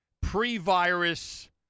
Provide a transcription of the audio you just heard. pre-virus